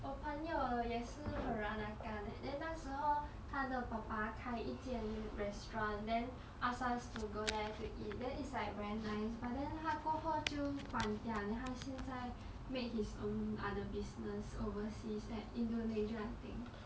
我朋友也是 peranakan leh then 那时候她的爸爸开一间 restaurant then asks us to go there to eat then it's like very nice but then 他过后就关掉他现在 make his own other business overseas at indonesia I think